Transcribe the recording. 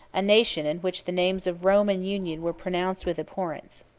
a nation in which the names of rome and union were pronounced with abhorrence.